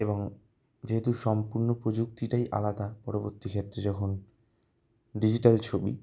এবং যেহেতু সম্পূর্ণ প্রযুক্তিটাই আলাদা পরবর্তীক্ষেত্রে যখন ডিজিটাল ছবি